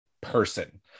person